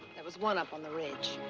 and was one up on the ridge.